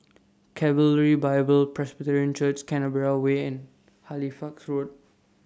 Calvary Bible Presbyterian Church Canberra Way and Halifax Road